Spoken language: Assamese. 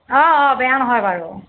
অঁ অঁ বেয়া নহয় বাৰু